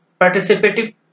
participative